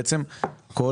בעצם כל